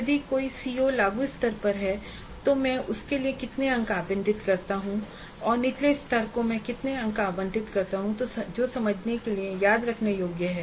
यदि कोई सीओ लागू स्तर पर है तो मैं उसके लिए कितने अंक आवंटित करता हूं और निचले स्तरों को मैं कितने अंक आवंटित करता हूं जो समझने और याद रखने योग्य हैं